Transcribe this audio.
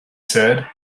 said